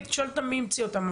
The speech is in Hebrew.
הייתי שואלת אותם מי המציא אותם,